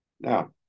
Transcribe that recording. now